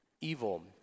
evil